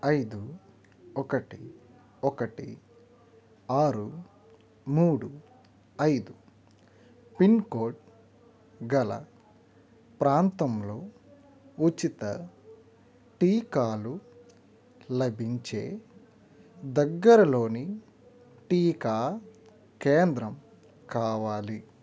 ఐదు ఒకటి ఒకటి ఆరు మూడు ఐదు పిన్కోడ్ గల ప్రాంతంలో ఉచిత టీకాలు లభించే దగ్గరలోని టీకా కేంద్రం కావాలి